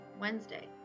Wednesday